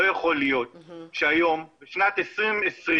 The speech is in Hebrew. לא יכול להיות שהיום, בשנת 2020,